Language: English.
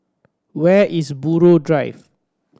where is Buroh Drive